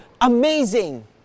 amazing